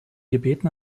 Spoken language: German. gebeten